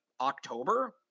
October